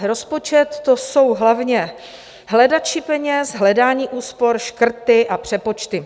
Rozpočet, to jsou hlavně hledači peněz, hledání úspor, škrty a přepočty.